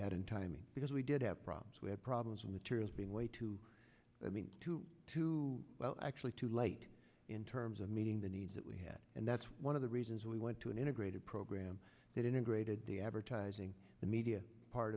had in timing because we did have yes we have problems with serious being way too i mean too too well actually too late in terms of meeting the needs that we have and that's one of the reasons we went to an integrated program that integrated the advertising the media part